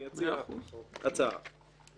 אציע הצעה.